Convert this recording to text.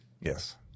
Yes